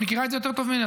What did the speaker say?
את מכירה זאת טוב ממני,